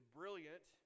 brilliant